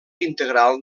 integral